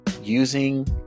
using